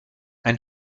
ein